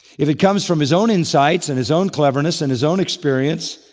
if it comes from his own insight and his own cleverness and his own experience,